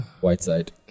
Whiteside